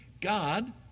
God